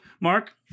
Mark